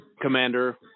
Commander